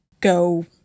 go